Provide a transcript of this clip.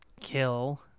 kill